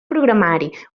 programari